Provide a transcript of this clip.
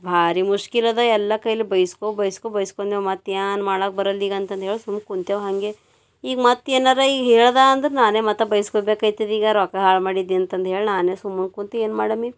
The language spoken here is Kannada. ಭಾರಿ ಮುಷ್ಕಿಲ್ಲದ ಎಲ್ಲ ಕೈಲಿ ಬೈಸ್ಕೊ ಬೈಸ್ಕೊ ಬೈಸ್ಕೊಂದೆವು ಮತ್ತು ಏನ್ ಮಾಡಕ್ಕೆ ಬರಲ್ದೀಗ ಅಂತಂದೇಳಿ ಸುಮ್ನೆ ಕುಂತೇವು ಹಂಗೆ ಈಗ ಮತ್ತೆನರ ಈಗ ಹೇಳ್ದೆ ಅಂದ್ರೆ ನಾನೇ ಮತ್ತು ಬೈಸ್ಕೊ ಬೇಕೈತದೀಗ ರೊಕ್ಕ ಹಾಳು ಮಾಡಿದೆ ಅಂತಂದೇಳಿ ನಾನೇ ಸುಮ್ಮನೆ ಕುಂತು ಏನು ಮಾಡಮಿ